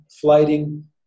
flighting